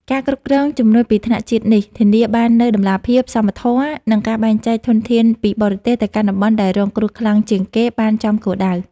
ការគ្រប់គ្រងជំនួយពីថ្នាក់ជាតិនេះ ធានាបាននូវតម្លាភាព សមធម៌ និងការបែងចែកធនធានពីបរទេសទៅកាន់តំបន់ដែលរងគ្រោះខ្លាំងជាងគេបានចំគោលដៅ។